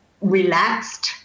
relaxed